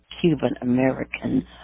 Cuban-American